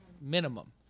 minimum